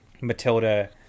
Matilda